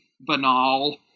banal